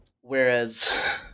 Whereas